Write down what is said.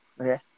Okay